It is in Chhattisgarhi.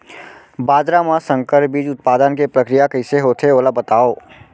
बाजरा मा संकर बीज उत्पादन के प्रक्रिया कइसे होथे ओला बताव?